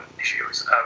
issues